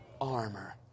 Armor